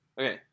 Okay